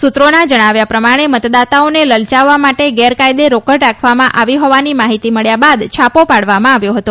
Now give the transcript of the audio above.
સુત્રોના જણાવ્યા પ્રમાણે મતદાતાઓને લલચાવવા માટે ગેરકાયદે રોકડ રાખવામાં આવી હોવાની માહિતી મળ્યા બાદ છાપો પાડવામાં આવ્યો હતો